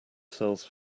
sells